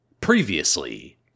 previously